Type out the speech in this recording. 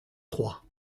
trois